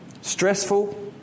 stressful